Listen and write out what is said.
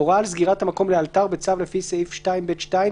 הוראה על סגירת המקום לאלתר בצו לפי סעיף 2(ב)(2),